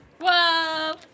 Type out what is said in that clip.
Whoa